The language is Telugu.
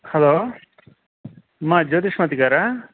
హలో మా అజ్యోతిష్ మాతి గారా